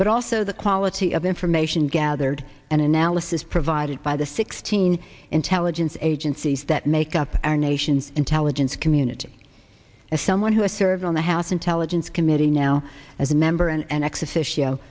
but also the quality of information gathered and analysis provided by the sixteen intelligence agencies that make up our nation's intelligence community as someone who has served on the house intelligence committee now as a member and an